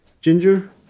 ginger